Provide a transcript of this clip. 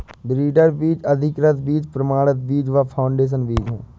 breeder बीज, अधिकृत बीज, प्रमाणित बीज व फाउंडेशन बीज है